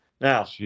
Now